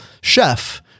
chef